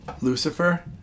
Lucifer